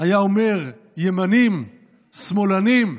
היה אומר: ימנים, שמאלנים,